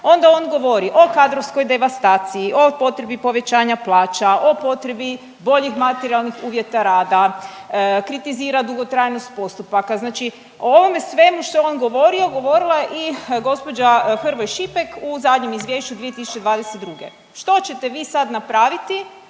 onda on govori o kadrovskoj devastaciji, o potrebi povećanja plaća, o potrebi boljih materijalnih uvjeta rada, kritizira dugotrajnost postupaka. Znači o ovome svemu što je on govorio govorila je i gospođa Hrvoj Šipek u zadnjem izvješću 2022. Što ćete vi sad napraviti